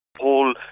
Whole